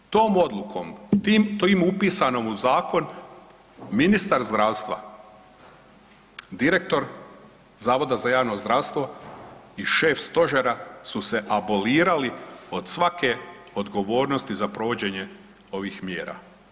Tom odlukom, tim upisanim u zakon ministar zdravstva, direktor zavoda za javno zdravstvo i šef stožera su se abolirali od svake odgovornosti za provođenje ovih mjera.